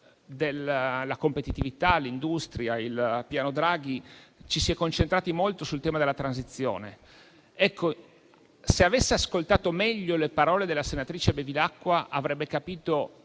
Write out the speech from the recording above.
della competitività e dell'industria, sul Piano Draghi, ci si è concentrati molto sul tema della transizione. Se avesse ascoltato meglio le parole della senatrice Bevilacqua, avrebbe capito